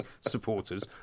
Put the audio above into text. supporters